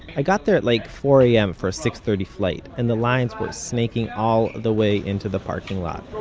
i got there at like four a m. for a six thirty flight, and the lines were snaking all the way into the parking lot.